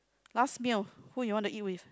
last meal who you want to eat with